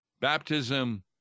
baptism